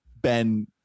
Ben